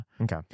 okay